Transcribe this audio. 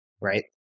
right